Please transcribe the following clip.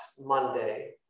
Monday